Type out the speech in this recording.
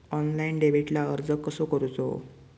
Online डेबिटला अर्ज कसो करूचो?